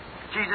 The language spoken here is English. Jesus